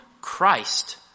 Christ